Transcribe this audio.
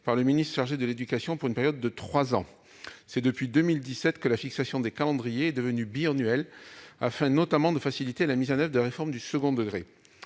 par le ministre chargé de l'éducation pour une période de trois ans. Or, depuis 2017, la fixation des calendriers est devenue bisannuelle, afin notamment de faciliter la mise en oeuvre de la réforme du second degré.